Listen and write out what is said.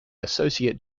associate